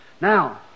Now